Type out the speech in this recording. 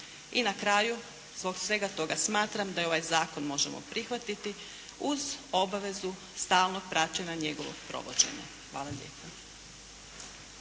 I na kraju zbog svega toga smatram da ovaj zakon možemo prihvatiti uz obvezu stalnog praćenja njegovog provođenja. Hvala lijepa.